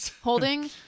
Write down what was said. holding